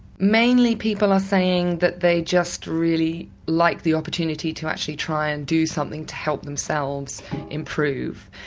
mainly people are saying that they just really like the opportunity to actually try and do something to help themselves improve.